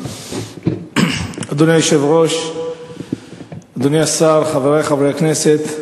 אדוני היושב-ראש, אדוני השר, חברי חברי הכנסת,